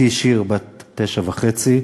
בתי שיר בת תשע וחצי,